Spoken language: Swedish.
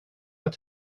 att